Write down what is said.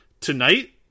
tonight